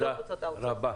הבנק.